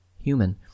human